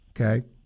okay